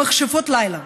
"מכשפות לילה".